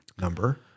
number